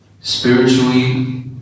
spiritually